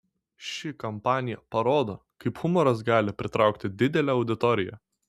ši kampanija parodo kaip humoras gali pritraukti didelę auditoriją